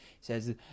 says